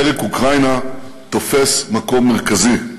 פרק אוקראינה תופס מקום מרכזי.